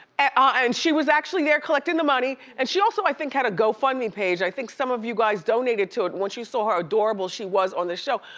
and ah and she was actually there collecting the money. and she also i think had a gofundme page and i think some of you guys donated to it once you saw how adorable she was on this show.